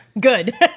good